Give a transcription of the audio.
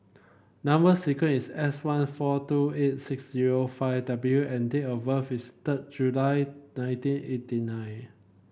number sequence is S one four two eight six zero five W and date of birth is third July nineteen eighty nine